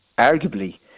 arguably